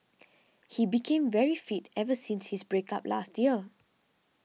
he became very fit ever since his break up last year